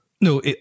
No